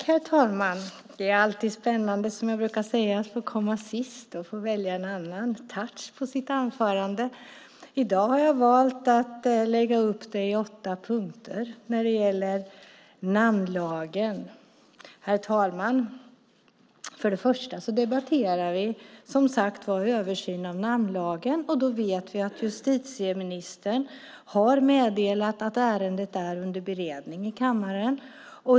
Herr talman! Det är alltid spännande, som jag brukar säga, att komma sist. Då får man välja en annan touch på sitt anförande. I dag har jag valt att lägga upp det i åtta punkter när det gäller namnlagen. För det första debatterar vi en översyn av namnlagen, och då vet vi att justitieministern har meddelat i kammaren att ärendet är under beredning.